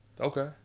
Okay